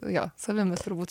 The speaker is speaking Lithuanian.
jo savimi turbūt